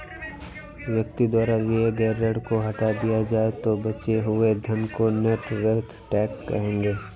व्यक्ति द्वारा लिए गए ऋण को हटा दिया जाए तो बचे हुए धन को नेट वेल्थ टैक्स कहेंगे